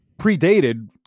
predated